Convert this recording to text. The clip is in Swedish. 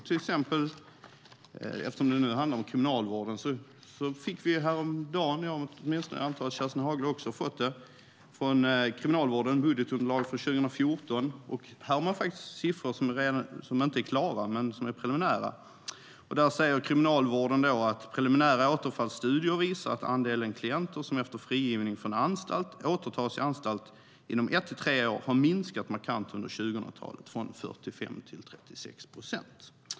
Vi fick häromdagen, och jag antar att Kerstin Haglö också fått det, från Kriminalvården budgetunderlag för 2014. Här finns det preliminära siffror. Där säger Kriminalvården att preliminära återfallsstudier visar att andelen klienter som efter frigivning från anstalt återtas till anstalt inom ett till tre år har minskat markant under 2000-talet från 45 till 36 procent.